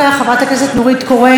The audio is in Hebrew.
חברת הכנסת נורית קורן,